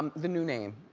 the new name.